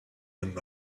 went